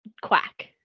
quack